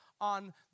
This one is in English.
on